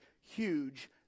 huge